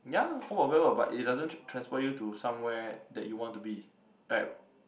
ya full of them ah but it doesn't trans~ transfer you to somewhere that you want to be at